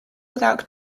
without